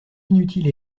inutile